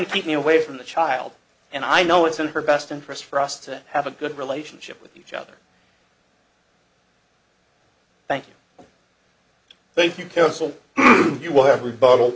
to keep me away from the child and i know it's in her best interest for us to have a good relationship with each other thank you thank you counsel you will have